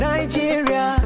Nigeria